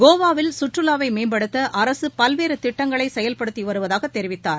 கோவாவில் சுற்றுலாவை மேம்படுத்த அரசு பல்வேறு திட்டங்களை செயல்படுத்தி வருவதாக தெரிவித்தார்